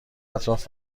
اطراف